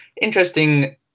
interesting